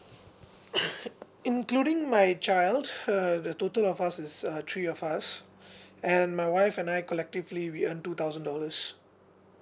including my child hmm the total of us is uh three of us and my wife and I collectively we earn two thousand dollars